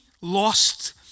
lost